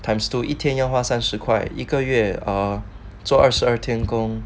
times two 一天要花三十块一个月啊做二十二天工